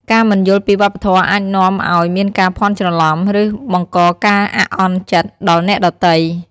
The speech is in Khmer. ការមិនយល់ពីវប្បធម៌អាចនាំឱ្យមានការភ័ន្តច្រឡំ ឬបង្កការអាក់អន់ចិត្តដល់អ្នកដទៃ។